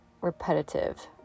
repetitive